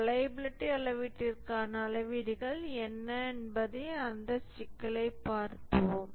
reliability அளவிடுவதற்கான அளவீடுகள் என்ன என்பதை அந்த சிக்கலைப் பார்ப்போம்